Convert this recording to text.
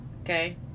okay